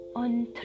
On